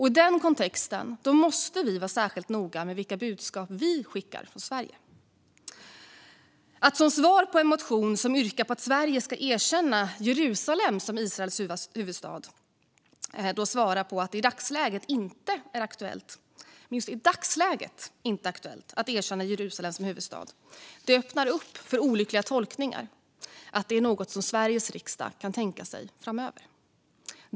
I den kontexten måste vi vara särskilt noga med vilka budskap vi skickar från Sverige. Att som svar på en motion där det yrkas att Sverige ska erkänna Jerusalem som Israels huvudstad säga att det i dagsläget inte är aktuellt att göra det öppnar för olyckliga tolkningar, exempelvis att det är något som Sveriges riksdag kan tänka sig framöver.